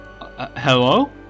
hello